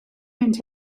mynd